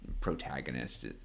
protagonist